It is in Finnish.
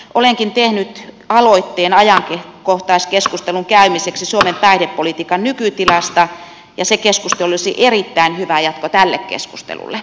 olenkin tehnyt aloitteen ajankohtaiskeskustelun käymiseksi suomen päihdepolitiikan nykytilasta ja se keskustelu olisi erittäin hyvä jatko tälle keskustelulle